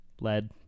lead